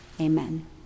Amen